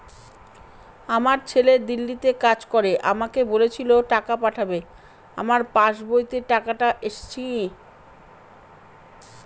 আমার ছেলে দিল্লীতে কাজ করে আমাকে বলেছিল টাকা পাঠাবে আমার পাসবইতে টাকাটা এসেছে কি?